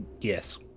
Yes